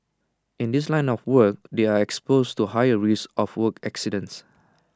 in this line of work they are exposed to higher risk of work accidents